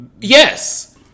Yes